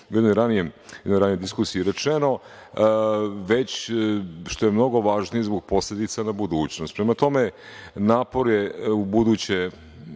jednoj ranijoj diskusiji rečeno, već, što je mnogo važnije, zbog posledica na budućnost. Prema tome, napore u buduće